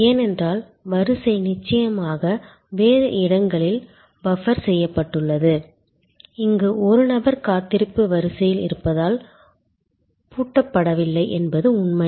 ஏனென்றால் வரிசை நிச்சயமாக வேறு இடங்களில் பஃபர் செய்யப்பட்டுள்ளது இங்கு ஒரு நபர் காத்திருப்பு வரிசையில் இருப்பதால் பூட்டப்படவில்லை என்பது நன்மை